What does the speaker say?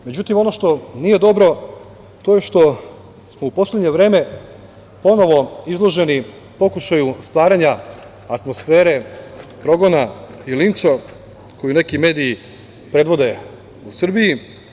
Međutim, ono što nije dobro to je što smo u poslednje vreme ponovo izloženi pokušaju stvaranja atmosfere progona i linča koju neki mediji predvode u Srbiji.